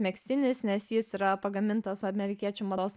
megztinis nes jis yra pagamintas amerikiečių mados